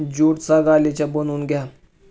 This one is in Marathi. ज्यूटचा गालिचा बनवून घ्या